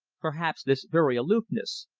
perhaps this very aloofness,